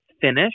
finish